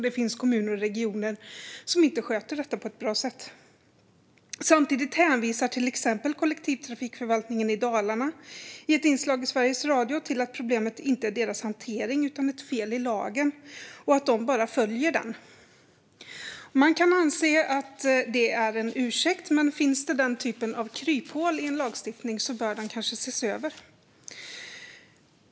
Det finns kommuner och regioner som inte sköter detta på ett bra sätt. Samtidigt säger till exempel kollektivtrafikförvaltningen i Dalarna i ett inslag i Sveriges Radio att problemet inte är deras hantering utan ett fel i lagen och att de bara följer den. Man kan anse att det är en ursäkt, men finns den typen av kryphål i en lagstiftning bör kanske lagen ses över.